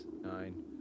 nine